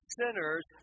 sinners